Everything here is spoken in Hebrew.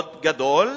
גדול מאוד,